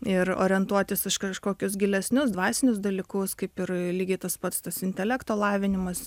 ir orientuotis kažkokius gilesnius dvasinius dalykus kaip ir lygiai tas pats tas intelekto lavinimas